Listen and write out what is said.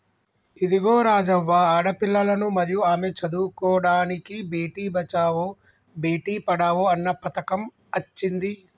ఇదిగో రాజవ్వ ఆడపిల్లలను మరియు ఆమె చదువుకోడానికి బేటి బచావో బేటి పడావో అన్న పథకం అచ్చింది